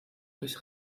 durch